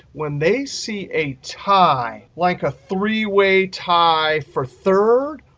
when they see a tie like, a three-way tie for third,